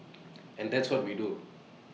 and that's what we do